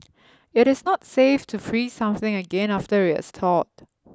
it is not safe to freeze something again after it has thawed